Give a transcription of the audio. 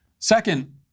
Second